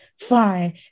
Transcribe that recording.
fine